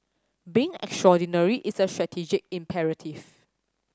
being extraordinary is a strategic imperative